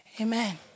Amen